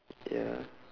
ya